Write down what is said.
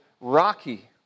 rocky